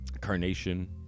carnation